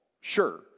sure